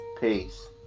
Peace